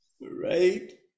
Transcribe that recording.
right